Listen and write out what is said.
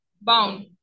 bound